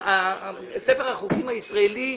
ספר החוקים הישראלי,